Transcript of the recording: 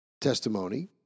testimony